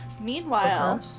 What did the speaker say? Meanwhile